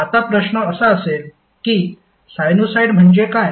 आता प्रश्न असा असेल की साइनुसॉईड म्हणजे काय